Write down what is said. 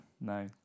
no